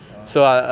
uh